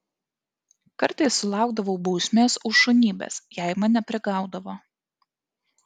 kartais sulaukdavau bausmės už šunybes jei mane prigaudavo